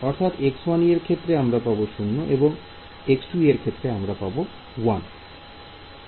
অতএব এটি হবে 0 এ এবং 1 হবে তে